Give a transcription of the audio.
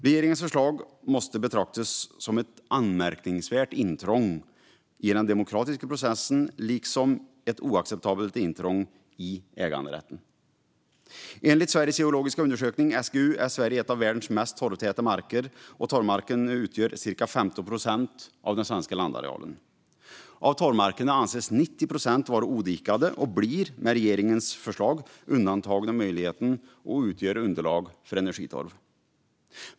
Regeringens förslag måste betraktas som ett anmärkningsvärt intrång i den demokratiska processen liksom ett oacceptabelt intrång i äganderätten. Enligt Sveriges geologiska undersökning, SGU, är Sverige ett av världens mest torvtäta länder, och torvmarker utgör 15 procent av den svenska landarealen. Av torvmarkerna anses 90 procent vara odikade och blir med regeringens förslag undantagna från möjligheten att utgöra underlag för energitorv.